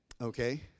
okay